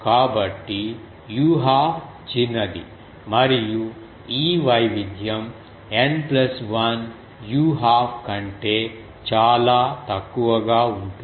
కాబట్టి u half చిన్నది మరియు ఈ వైవిధ్యం N ప్లస్ 1 u 1 2 కంటే చాలా తక్కువగా ఉంటుంది